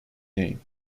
name